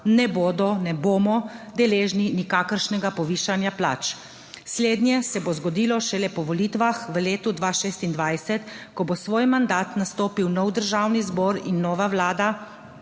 ne bodo ne bomo deležni nikakršnega povišanja plač. Slednje se bo zgodilo šele po volitvah, v letu 2026, ko bo svoj mandat nastopil nov Državni zbor in nova vlada